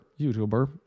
YouTuber